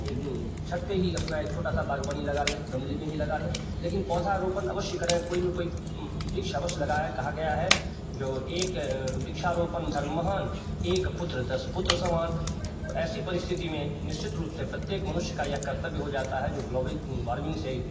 एक छत पर ही अपना एक छोटा सा बागवानी लगा लें गमले में ही लगा लें लेकिन पौधारोपण अवश्य कोई न कोई वृक्ष अवश्य लगाएँ कहा गया है जो एक वृक्षारोपण धर्म महान एक पुत्र दस पुत्र समान तो ऐसी परिस्थिति में निश्चित रूप से प्रत्येक मनुष्य का यह कर्तव्य हो जाता है जो ग्लोबि वार्मिंग से